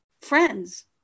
friends